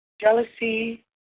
jealousy